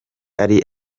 ari